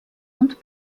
und